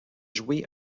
jouer